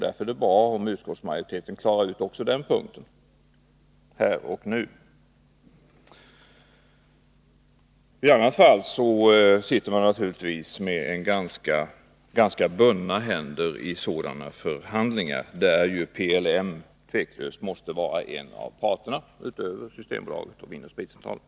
Därför är det bra om utskottsmajoriteten klarar ut också den punkten här och nu. I annat fall sitter man naturligtvis med ganska bundna händer i sådana förhandlingar, där ju PLM tveklöst måste vara en av parterna utöver Systembolaget samt Vin & Spritcentralen.